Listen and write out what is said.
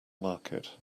market